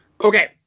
Okay